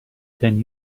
ten